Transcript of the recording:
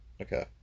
okay